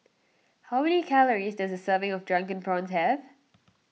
how many calories does a serving of Drunken Prawns have